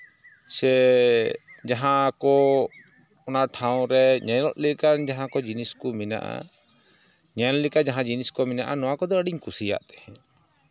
ᱥᱮ ᱡᱟᱦᱟᱸ ᱠᱚ ᱚᱱᱟ ᱴᱷᱟᱶ ᱨᱮ ᱧᱮᱞᱚᱜ ᱞᱮᱠᱟᱱ ᱡᱟᱦᱟᱸ ᱠᱚ ᱡᱤᱱᱤᱥ ᱠᱚ ᱢᱮᱱᱟᱜᱼᱟ ᱧᱮᱞ ᱞᱮᱠᱟ ᱡᱟᱦᱟᱸ ᱡᱤᱱᱤᱥ ᱠᱚ ᱢᱮᱱᱟᱜᱼᱟ ᱱᱚᱣᱟ ᱠᱚᱫᱚ ᱟᱹᱰᱤᱧ ᱠᱩᱥᱤᱭᱟᱜ ᱛᱮᱦᱮᱡ